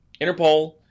Interpol